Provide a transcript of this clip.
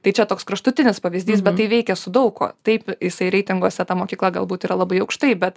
tai čia toks kraštutinis pavyzdys bet tai veikia su daug kuo taip jisai reitinguose ta mokykla galbūt yra labai aukštai bet